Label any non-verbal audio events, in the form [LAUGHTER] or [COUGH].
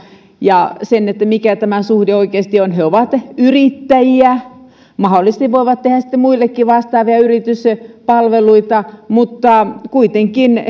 ja mikä tämä suhde oikeasti on he ovat yrittäjiä mahdollisesti voivat tehdä sitten muillekin vastaavia yrityspalveluita mutta kuitenkin [UNINTELLIGIBLE]